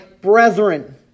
brethren